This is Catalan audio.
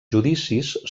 judicis